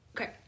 Okay